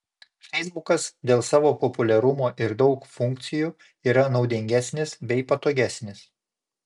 feisbukas dėl savo populiarumo ir daug funkcijų yra naudingesnis bei patogesnis